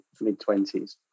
mid-20s